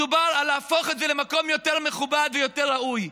מדובר על להפוך את זה למקום יותר מכובד ויותר ראוי.